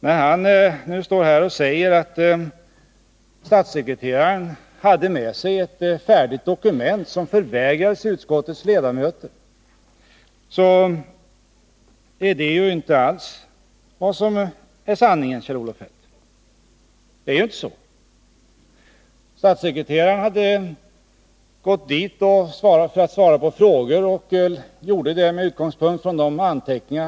När han säger att statssekreteraren hade med sig ett färdigt dokument som utskottets ledamöter vägrades ta del av är det inte alls någon sanning. Statssekreteraren hade gått till utskottet för att svara på frågor och hade förberett sig genom att göra en del anteckningar.